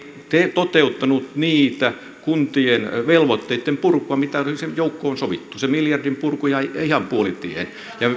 toteuttanut sitä kuntien velvoitteitten purkua mitä olisi joukkoon sovittu se miljardin purku jäi ihan puolitiehen